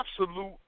absolute